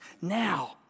now